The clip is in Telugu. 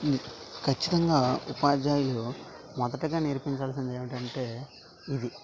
ఖచ్చితంగా ఉపాధ్యాయులు మొదటగా నేర్పించాల్సింది ఏమిటి అంటే ఇది